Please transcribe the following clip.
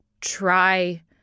try